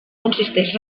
consistix